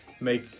make